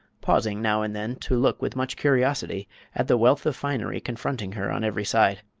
pausing now and then to look with much curiosity at the wealth of finery confronting her on every side.